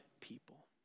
people